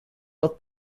both